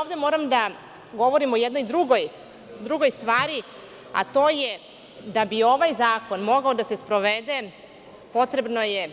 Ovde moram da govorim o jednoj drugoj stvari, a to je da bi ovaj zakon mogao da se sprovede potrebno je